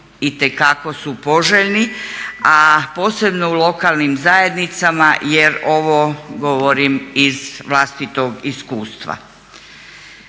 itekako su poželjni, a posebno u lokalnim zajednicama jer ovo govorim iz vlastitog iskustva.